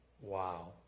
Wow